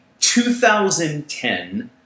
2010